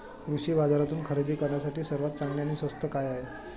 कृषी बाजारातून खरेदी करण्यासाठी सर्वात चांगले आणि स्वस्त काय आहे?